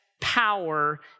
power